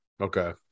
Okay